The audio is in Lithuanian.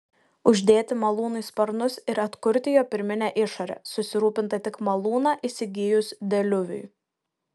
uždėti malūnui sparnus ir atkurti jo pirminę išorę susirūpinta tik malūną įsigijus deliuviui